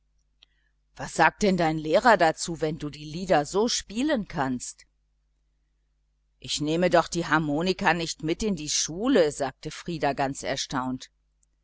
was sagt denn dein lehrer dazu wenn du die lieder so spielen kannst ich nehme doch die harmonika nicht mit in die schule sagte frieder ganz erstaunt